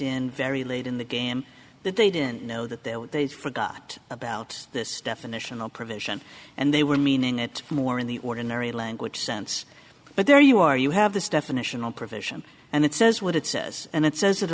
in very late in the game that they didn't know that there were they forgot about this definitional provision and they were meaning it more in the ordinary language sense but there you are you have this definitional provision and it says what it says and it says it